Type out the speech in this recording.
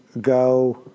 go